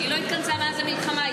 היא לא התכנסה מאז המלחמה,